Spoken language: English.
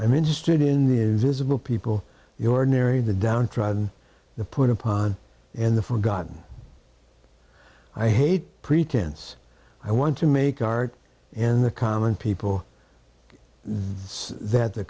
i'm interested in the isabel people the ordinary the downtrodden the put upon and the forgotten i hate pretense i want to make art and the common people the that the